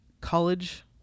college